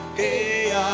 hey